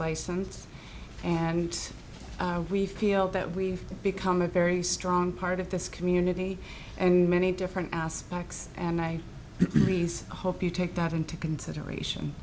license and we feel that we've become a very strong part of this community and many different aspects and i please i hope you take that into consideration